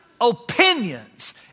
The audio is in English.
opinions